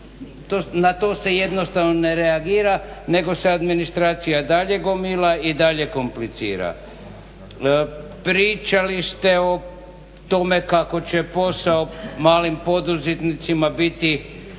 Na to se jednostavno ne reagira nego se administracija dalje gomila i dalje komplicira. Pričali ste o tome kako će posao malim poduzetnicima biti